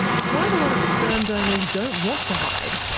quite a lot of sperm donors don't want to hide,